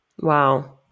Wow